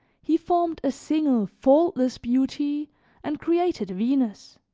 he formed a single faultless beauty and created venus.